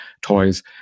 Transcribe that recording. toys